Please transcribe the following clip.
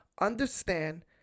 understand